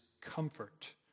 comfort